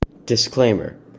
Disclaimer